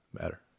matter